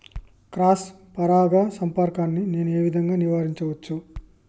Cross పరాగ సంపర్కాన్ని నేను ఏ విధంగా నివారించచ్చు?